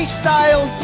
style